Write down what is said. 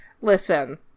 listen